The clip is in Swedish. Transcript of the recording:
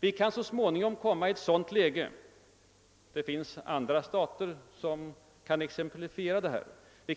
Vi kan så småningom komma i ett sådant läge — det finns andra stater som kan exemplifiera detta —